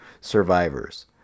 survivors